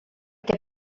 què